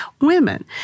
women